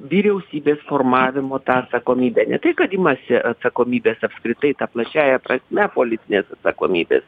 vyriausybės formavimo tą atsakomybę ne tai kad imasi atsakomybės apskritai ta plačiąja prasme politinės atsakomybės